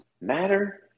matter